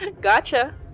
gotcha